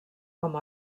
com